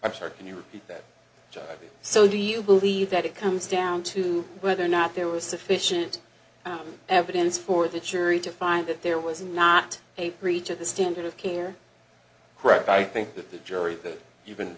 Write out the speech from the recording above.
her can you repeat that so do you believe that it comes down to whether or not there was sufficient evidence for the jury to find that there was not a creature the standard of care correct i think that the jury that you've been